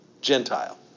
Gentile